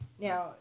Now